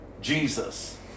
Jesus